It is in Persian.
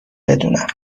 بدونم